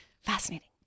Fascinating